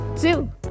Two